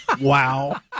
Wow